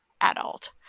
adult